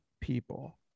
people